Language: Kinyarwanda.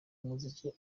umuziki